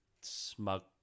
smug